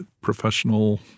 professional—